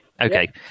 Okay